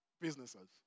businesses